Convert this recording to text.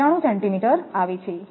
6495 centimetre આવે છે